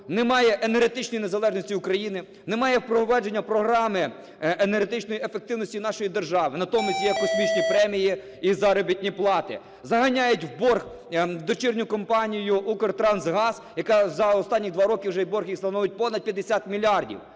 немає енергетичної незалежності України, немає впровадження програми енергетичної ефективності нашої держави. Натомість є космічні премії і заробітні плати. Заганяють в борг дочірню компанію "Укртрансгаз", яка за останні два роки, вже борг їх становить понад 50 мільярдів.